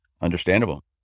Understandable